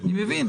אני מבין,